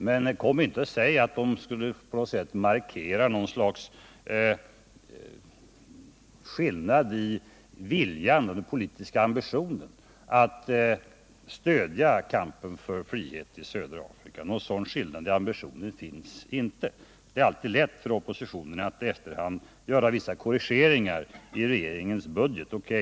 Men kom inte och säg att de skulle markera något slags skillnad i den politiska ambitionen att stödja kampen för frihet i södra Afrika. Någon sådan skillnad i ambitionen finns inte. Det är alltid lätt för oppositionen att i efterhand göra vissa korrigeringar i regeringens budget.